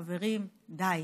חברים, די.